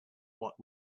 what